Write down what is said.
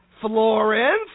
Florence